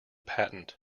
patent